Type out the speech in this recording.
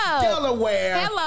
Delaware